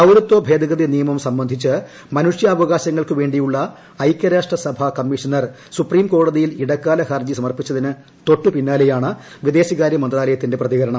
പൌരത്വ ഭേദഗതി നിയമം സംബന്ധിച്ച് മനുഷ്യാവകാശങ്ങൾക്ക് വേണ്ടിയുള്ള ഐക്യരാഷ്ട്ര സഭ ഹൈകമ്മീഷണർ സുപ്രീം കോടതിയിൽ ഇടക്കാല ഹർജി സമർപ്പിച്ചതിന് തൊട്ടുപിന്നാലെയാണ് വിദേശകാര്യ മന്ത്രാലയത്തിന്റെ പ്രതികരണം